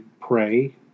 pray